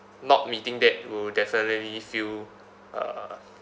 not meeting that will definitely feel uh